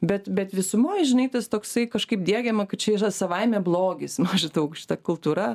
bet bet visumoj žinai tas toksai kažkaip diegiama kad čia yra savaime blogis šita aukšta kultūra